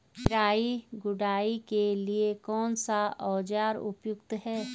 निराई गुड़ाई के लिए कौन सा औज़ार उपयुक्त है?